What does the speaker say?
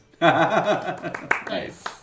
Nice